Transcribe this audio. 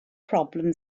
problem